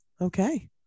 okay